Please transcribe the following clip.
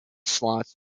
slots